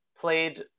played